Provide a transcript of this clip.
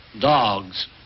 dogs